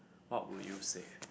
what would you save